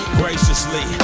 graciously